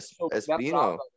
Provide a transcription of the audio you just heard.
Espino